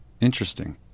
Interesting